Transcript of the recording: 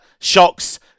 shocks